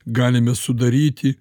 galime sudaryti